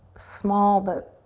small but